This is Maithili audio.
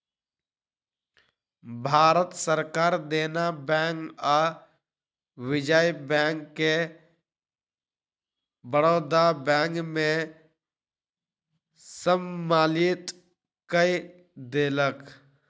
भारत सरकार देना बैंक आ विजया बैंक के बड़ौदा बैंक में सम्मलित कय देलक